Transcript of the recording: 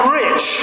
rich